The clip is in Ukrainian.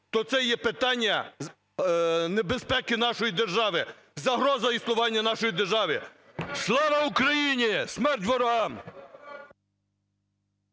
то це є питання безпеки нашої держави, загроза існування нашої держави. Слава Україні! Смерть ворогам!